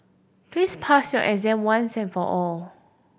please pass your exam once and for all